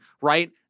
right